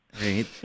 right